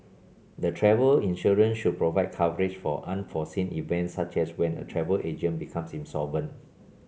the travel insurance should provide coverage for unforeseen events such as when a travel agent becomes insolvent